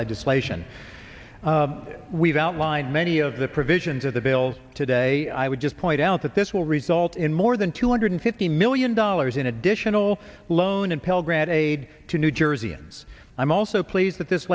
legislation we've outlined many of the provisions of the bills today i would just point out that this will result in more than two hundred fifty million dollars in additional loan and pell grant aid to new jerseyans i'm also pleased that this